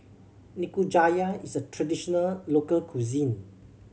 nikujaga is a traditional local cuisine